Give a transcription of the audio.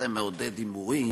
זה מעודד הימורים,